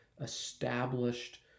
established